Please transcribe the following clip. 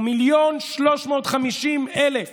ו-1.35 מיליון